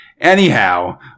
Anyhow